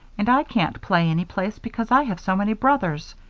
and i can't play any place because i have so many brothers.